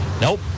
Nope